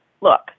look